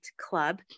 Club